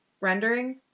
rendering